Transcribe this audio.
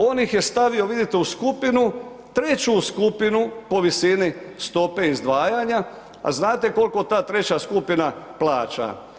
On ih je stavio, vidite, u skupinu, treću skupinu po visini stope izdvajanja, a znate koliko ta treća skupina plaća?